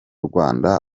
rwanda